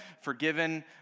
forgiven